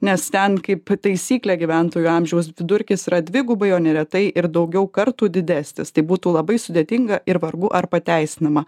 nes ten kaip taisyklė gyventojų amžiaus vidurkis yra dvigubai o neretai ir daugiau kartų didesnis tai būtų labai sudėtinga ir vargu ar pateisinama